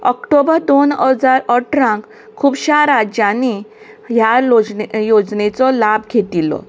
ऑक्टोबर दोन हजार अठराक खूबशां राज्यांनीं ह्या लोचने योजनेचो लाभ घेतिल्लो